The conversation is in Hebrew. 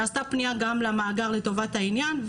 נעשתה פנייה גם למאגר לטובת העניין,